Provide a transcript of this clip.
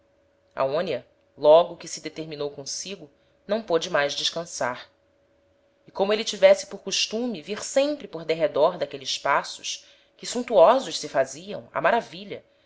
uma aonia logo que se determinou consigo não pôde mais descansar e como êle tivesse por costume vir sempre por derredor d'aqueles paços que